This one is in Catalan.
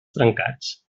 trencats